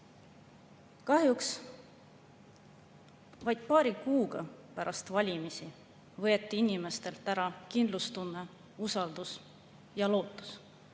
Kahjuks vaid paar kuud pärast valimisi võeti inimestelt ära kindlustunne, usaldus ja lootus.